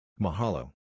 Mahalo